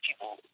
people